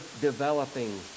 developing